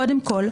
קודם כל,